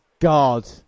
God